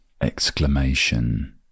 exclamation